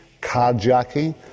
carjacking